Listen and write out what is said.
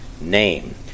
name